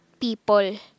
people